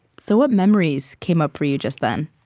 so what memories came up for you just then?